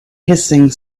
hissing